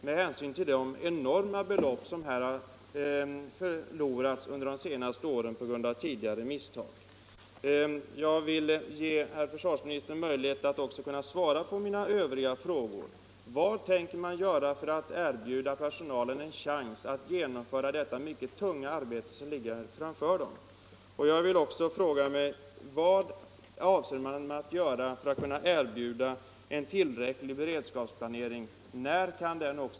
Det är enorma belopp som på grund av tidigare misstag har förlorats på detta område under senare år. Jag vill ge försvarsministern möjlighet att också svara på mina övriga frågor. Vad tänker man göra för att ge personalen en chans att genomföra det mycket tunga arbete som ligger framför den? Jag frågar mig också: Vad avser man att göra för att få till stånd en tillräcklig beredskapsplanering? När kan den komma?